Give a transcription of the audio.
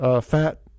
fat